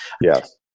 Yes